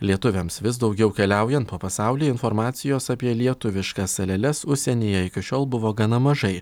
lietuviams vis daugiau keliaujant po pasaulį informacijos apie lietuviškas saleles užsienyje iki šiol buvo gana mažai